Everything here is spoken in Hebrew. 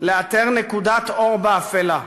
לאתר נקודת אור באפלה.